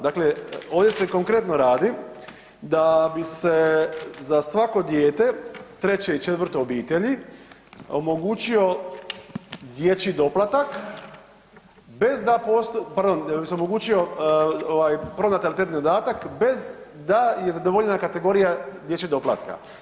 Dakle ovdje se konkretno radi da bi se za svako dijete, 3. i 4. u obitelji omogućio dječji doplatak bez da .../nerazumljivo/... pardon da bi se omogućio pronatalitetni dodatak bez da je zadovoljena kategorija dječjeg doplatka.